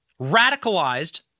radicalized